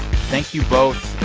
thank you both